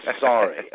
sorry